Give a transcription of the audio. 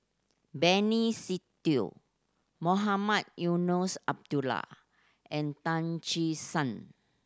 Benny Se Teo Mohamed Eunos Abdullah and Tan Che Sang